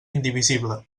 indivisible